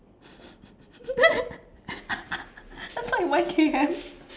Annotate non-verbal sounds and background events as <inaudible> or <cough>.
<laughs> that's like one K_M <laughs>